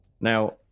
Now